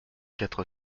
quatre